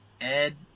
Ed